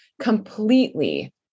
completely